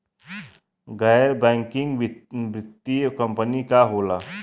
गैर बैकिंग वित्तीय कंपनी का होला?